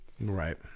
right